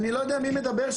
אני לא יודע מי מדבר.